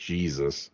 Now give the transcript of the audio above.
Jesus